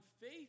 faith